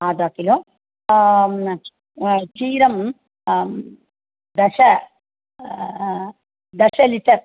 आदा किलो क्षीरं दश दश लीटर्